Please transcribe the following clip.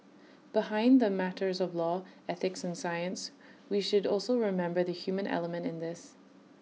behind the matters of law ethics and science we should also remember the human element in this